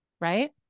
Right